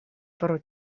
pro